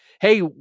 Hey